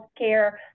healthcare